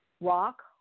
rock